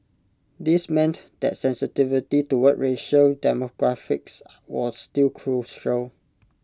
this meant that sensitivity toward racial demographics was still crucial